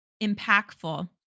impactful